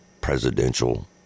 presidential